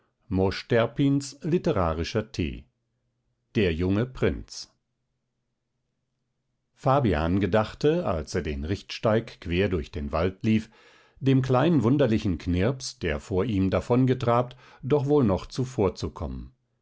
terpins literarischer tee der junge prinz fabian gedachte als er den richtsteig quer durch den wald lief dem kleinen wunderlichen knirps der vor ihm davongetrabt doch wohl noch zuvorzukommen